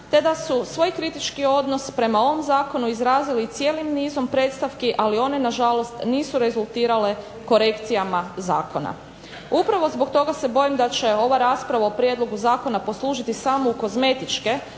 te da su svoj kritički odnos prema ovom zakonu izrazili cijelim nizom predstavki, ali one nažalost nisu rezultirale korekcijama zakona. Upravo zbog toga se bojim da će ova rasprava o prijedlogu zakona poslužiti samo u kozmetičke,